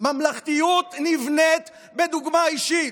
ממלכתיות נבנית בדוגמה אישית,